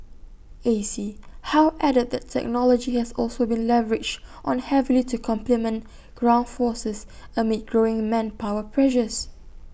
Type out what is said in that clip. A C How added that technology has also been leveraged on heavily to complement ground forces amid growing manpower pressures